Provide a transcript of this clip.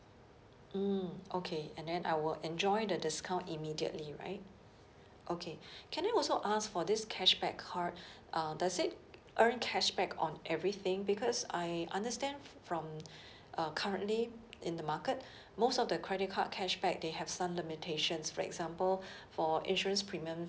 mm okay and then I will enjoy the discount immediately right okay can I also ask for this cashback card uh does it earned cashback on everything because I understand f~ from uh currently in the market most of the credit card cashback they have some limitations for example for insurance premium